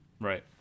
Right